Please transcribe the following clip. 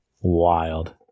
Wild